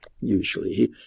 usually